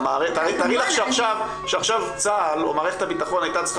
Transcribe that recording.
תארי לך שעכשיו צה"ל או מערכת הביטחון הייתה צריכה